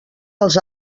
als